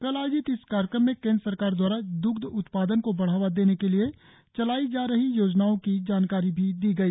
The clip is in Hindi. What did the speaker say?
कल आयोजित इस कार्यक्रम में केंद्र सरकार द्वारा द्रग्ध उत्पादन को बढ़ावा देने के लिए चलाई जा रही योजनाओं की जानकारी दी गई